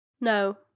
No